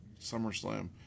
SummerSlam